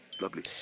Lovely